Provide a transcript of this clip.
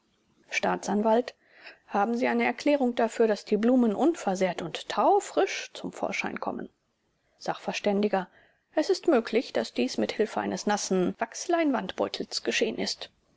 staatsanwalt haben sie eine erklärung dafür daß die blumen unversehrt und taufrisch zum vorschein kommen sachv es ist möglich daß dies mit hilfe eines nassen wachsleinwandbeutels geschehen ist